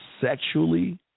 sexually